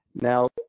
now